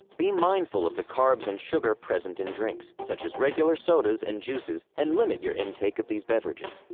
be mindful of the carbs and sugar present in drinks, such as regular sodas and juices, and limit your intake of these beverages.